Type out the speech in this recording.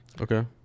Okay